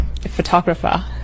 photographer